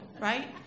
right